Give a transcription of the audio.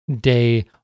day